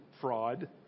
fraud